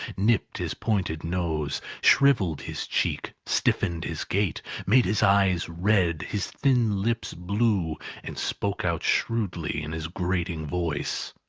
nipped his pointed nose, shrivelled his cheek, stiffened his gait made his eyes red, his thin lips blue and spoke out shrewdly in his grating voice.